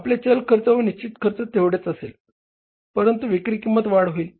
आपले चल व निश्चित खर्च तेवढेच असेल परंतु विक्री किंमतीत वाढ होईल